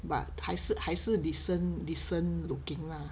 but 还是还是 decent decent looking lah